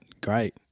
great